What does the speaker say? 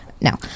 no